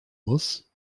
muss